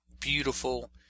beautiful